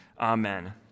amen